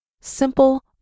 Simple